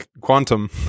quantum